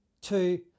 two